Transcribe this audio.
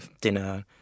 dinner